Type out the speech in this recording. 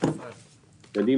מה